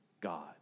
God